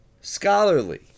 Scholarly